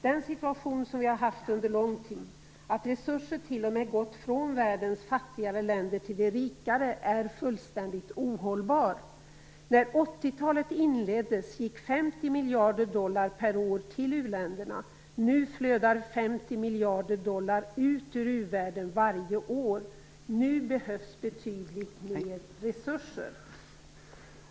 Den situation som vi har haft under lång tid, att resurser t.o.m. gått från världens fattigare länder till de rikare, är fullständigt ohållbar. När 80 talet inleddes gick 50 miljarder dollar per år till uländerna. Nu flödar 50 miljarder dollar ut ur uvärlden varje år. Nu behövs betydligt mer resurser.